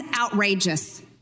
outrageous